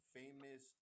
famous